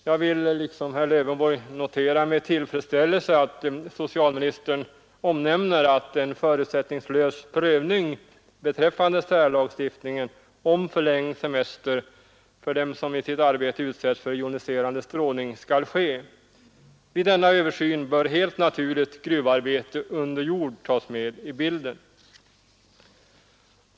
Jag vill liksom herr Lövenborg med tillfredsställelse notera att socialministern omnämner att det skall göras en förutsättningslös prövning beträffande särlagstiftningen om förlängd semester för dem som i sitt arbete utsätts för joniserande strålning. Vid denna översyn bör helt naturligt gruvarbete under jord tas med i bilden.